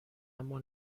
اما